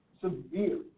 severe